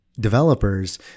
developers